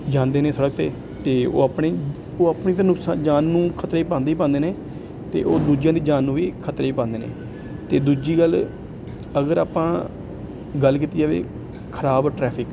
ਜਾਂਦੇ ਨੇ ਸੜਕ 'ਤੇ ਅਤੇ ਉਹ ਆਪਣੀ ਉਹ ਆਪਣੀ ਤਾਂ ਨੁਕਸਾ ਜਾਨ ਨੂੰ ਖ਼ਤਰਾ 'ਚ ਪਾਉਂਦੇ ਹੀ ਪਾਉਂਦੇ ਨੇ ਅਤੇ ਉਹ ਦੂਜਿਆਂ ਦੀ ਜਾਨ ਨੂੰ ਵੀ ਖ਼ਤਰੇ 'ਚ ਪਾਉਂਦੇ ਨੇ ਅਤੇ ਦੂਜੀ ਗੱਲ ਅਗਰ ਆਪਾਂ ਗੱਲ ਕੀਤੀ ਜਾਵੇ ਖ਼ਰਾਬ ਟਰੈਫਿਕ